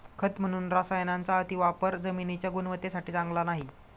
खत म्हणून रसायनांचा अतिवापर जमिनीच्या गुणवत्तेसाठी चांगला नाही